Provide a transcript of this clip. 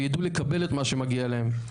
וידעו לקבל את מה שמגיע להם,